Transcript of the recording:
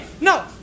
No